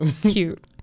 cute